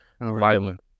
Violent